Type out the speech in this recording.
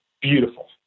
Beautiful